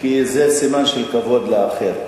זה לא קשור לזה, מה, הוא לא תורן, איפה השר התורן?